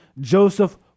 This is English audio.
Joseph